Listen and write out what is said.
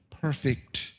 perfect